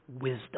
wisdom